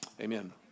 Amen